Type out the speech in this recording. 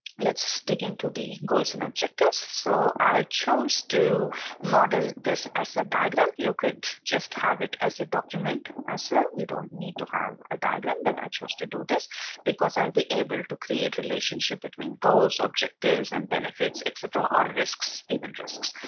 let's dig into the goals and objectives so i chose to model this as a diagram. you could just have it as a document as well. you don't need to have a diagram. but and i chose to do this because i will be able to create relationship between goals objectives and benefits etc or risks. even risks